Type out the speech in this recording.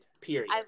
Period